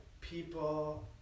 people